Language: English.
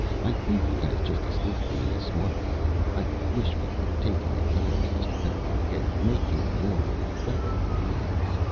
i think he has just escaped being a smart man. i wish we could take him in hand, mr. pedagog, and make him more of a fellow than he is.